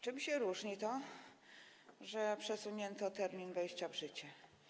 Czym się różni to, że przesunięto termin wejścia w życie?